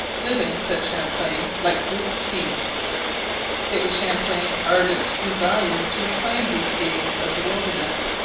living, said champlain, like brute beasts it was champlain's ardent desire to reclaim these beings of the wilderness.